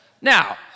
Now